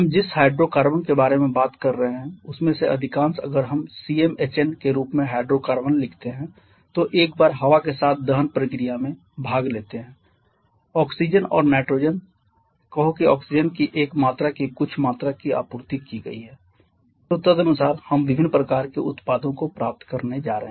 हम जिस हाइड्रोकार्बन के बारे में बात कर रहे हैं उसमें से अधिकांश अगर हम CmHn के रूप में हाइड्रोकार्बन लिखते हैं तो एक बार हवा के साथ दहन प्रतिक्रिया में भाग लेते हैं ऑक्सीजन और नाइट्रोजन कहो की ऑक्सीजन की एक मात्रा की कुछ मात्रा की आपूर्ति की गई है तो तदनुसार हम विभिन्न प्रकार के उत्पादों को प्राप्त करने जा रहे हैं